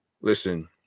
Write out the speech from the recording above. Listen